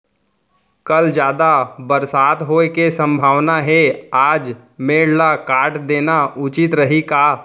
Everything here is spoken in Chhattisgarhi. कल जादा बरसात होये के सम्भावना हे, आज मेड़ ल काट देना उचित रही का?